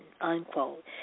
unquote